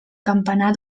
campanar